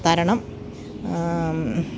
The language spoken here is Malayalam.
തരണം